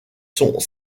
sont